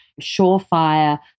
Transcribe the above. surefire